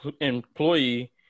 employee